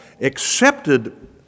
accepted